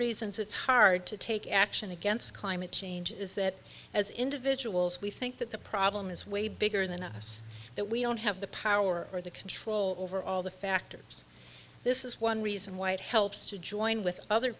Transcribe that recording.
reasons it's hard to take action against climate change is that as individuals we think that the problem is way bigger than us that we don't have the power or the control over all the factors this is one reason why it helps to join with other